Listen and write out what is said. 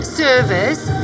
service